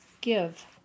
Give